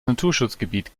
naturschutzgebiet